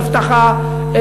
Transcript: אבטחה,